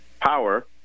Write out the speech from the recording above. power